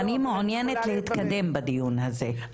ואני מעוניינת להתקדם בדיון הזה.